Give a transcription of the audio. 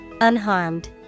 Unharmed